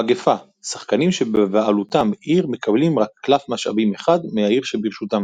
מגפה - שחקנים שבבעלותם עיר מקבלים רק קלף משאבים 1 מהעיר שברשותם.